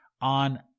on